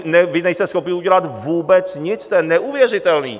Ale vy nejste schopni udělat vůbec nic, to je neuvěřitelný.